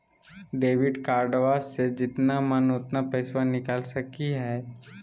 Debit कार्डबा से जितना मन उतना पेसबा निकाल सकी हय?